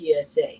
PSA